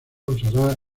usará